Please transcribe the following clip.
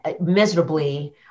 miserably